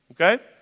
okay